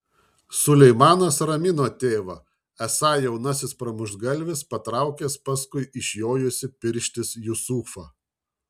suleimanas ramino tėvą esą jaunasis pramuštgalvis patraukęs paskui išjojusį pirštis jusufą